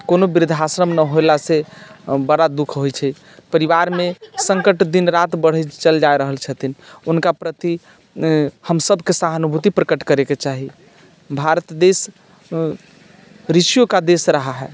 कोनो वृद्धाश्रम नहि होयलासँ बड़ा दुःख होइत छै परिवारमे सङ्कट दिन राति बढ़ैत चलि जा रहल छथिन हुनका प्रति हमसभके सहानुभूति प्रकट करयके चाही भारत देश ऋषियों का देश रहा है